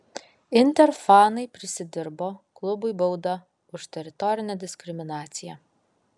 inter fanai prisidirbo klubui bauda už teritorinę diskriminaciją